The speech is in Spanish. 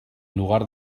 lugar